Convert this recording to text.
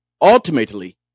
ultimately